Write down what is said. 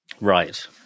Right